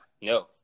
No